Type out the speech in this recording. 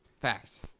Facts